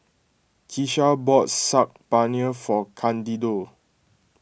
Kesha bought Saag Paneer for Candido